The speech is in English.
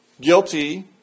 guilty